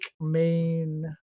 main